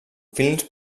films